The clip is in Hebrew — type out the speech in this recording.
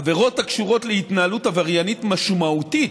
עבירות הקשורות להתנהלות עבריינית משמעותית,